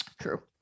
True